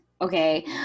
Okay